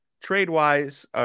trade-wise